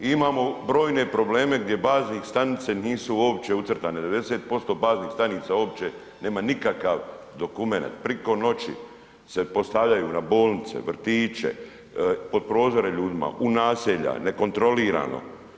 Imamo brojne probleme gdje bazne stanice nisu uopće ucrtane, 90% baznih stanica uopće nema nikakav dokumenat, priko noći se postavljaju na bolnice, vrtiće, pod prozore ljudima u naselja, nekontrolirano.